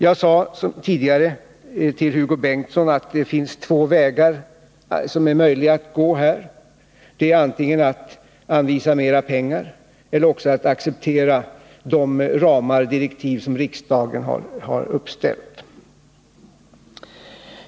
Jag sade tidigare till Hugo Bengtsson att det finns två vägar som är möjliga att gå här, nämligen att antingen anvisa mera pengar eller att acceptera de ramar och direktiv som riksdagen har uppställt.